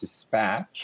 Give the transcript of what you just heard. Dispatch